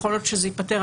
יכול להיות שזה ייפתר,